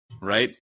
right